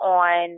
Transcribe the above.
on